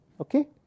Okay